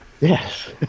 Yes